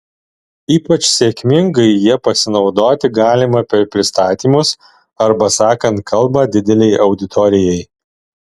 ypač sėkmingai ja pasinaudoti galima per pristatymus arba sakant kalbą didelei auditorijai